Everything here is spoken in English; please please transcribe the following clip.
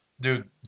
Dude